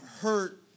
hurt